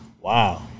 Wow